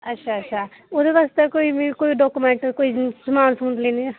अच्छा अच्छा ओह्दे बास्तै मिगी कोई डॉक्यूमेंट कोई समान लैने ऐ